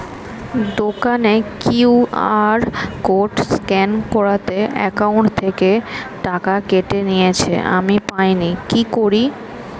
দোকানের QR code scan করাতে account থেকে টাকা কেটে নিয়েছে, আমি পাইনি কি করি?